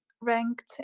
ranked